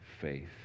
faith